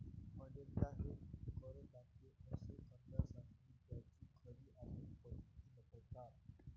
अनेकदा हे करदाते असे करण्यासाठी त्यांची खरी आर्थिक परिस्थिती लपवतात